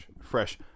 fresh